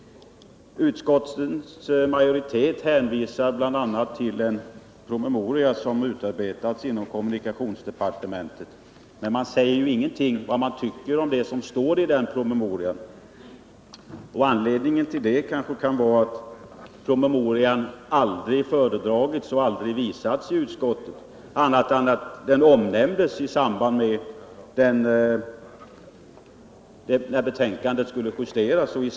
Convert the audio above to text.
Utskottsmajoriteten hänvisar bl.a. till en promemoria som utarbetats inom kommunikationsdepartementet. Det sägs ingenting om vad man anser om det som står i promemorian, kanske därför att promemorian aldrig föredragits eller visats i utskottet. Den omnämndes bara i samband med att betänkandet skulle justeras.